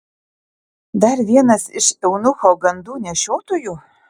dar vienas iš eunucho gandų nešiotojų